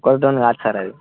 ఒకరితోని కాదు సార్ అది